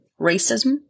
racism